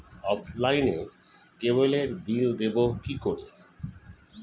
অফলাইনে ক্যাবলের বিল দেবো কি করে?